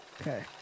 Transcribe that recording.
okay